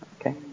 Okay